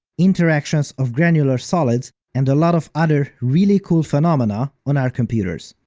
interactions of granular solids and a lot of other really cool phenomena on our computers.